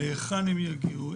להיכן הם יגיעו,